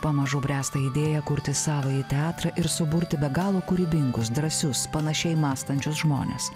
pamažu bręsta idėja kurti savąjį teatrą ir suburti be galo kūrybingus drąsius panašiai mąstančius žmones